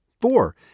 four